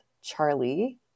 Charlie